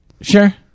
Sure